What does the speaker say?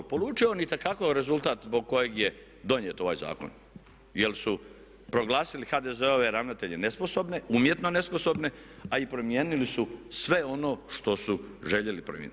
Polučio je on itekako rezultat zbog kojeg je donijet ovaj zakon, jer su proglasili HDZ-ove ravnatelje nesposobne, umjetno nesposobne, a i promijenili su sve ono što su željeli promijeniti.